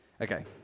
Okay